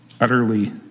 utterly